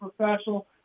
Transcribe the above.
professional